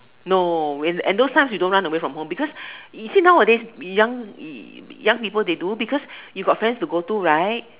no and and those time we don't run away from home because you see nowadays young young people they do because you got friends to go to right